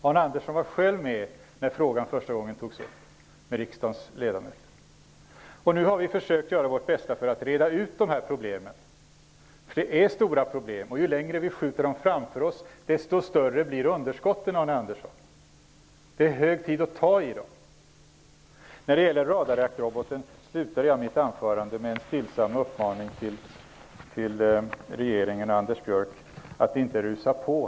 Arne Andersson var själv med när frågan första gången togs upp med riksdagens ledamöter. Nu har vi försökt göra vårt bästa för att reda ut problemen. Det är stora problem. Ju längre vi skjuter dem framför oss, desto större blir underskotten, Arne Andersson. Det är hög tid att ta itu med dem. När det gäller radarjaktroboten slutade jag mitt anförande med en stillsam uppmaning till regeringen och Anders Björck att inte rusa på.